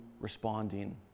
responding